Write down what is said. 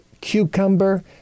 cucumber